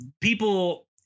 people